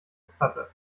festplatte